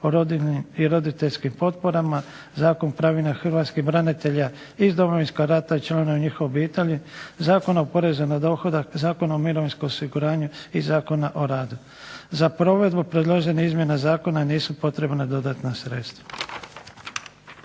o rodiljnim i roditeljskim potporama, Zakon o pravima hrvatskih branitelja iz Domovinskog rata i članova njihovih obitelji, Zakon o porezu na dohodak, Zakona o mirovinskom osiguranju i Zakona o radu. Za provedbu predložene izmjene zakona nisu potrebna dodatna sredstva.